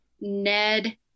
Ned